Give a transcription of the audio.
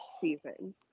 season